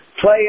Play